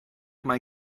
mae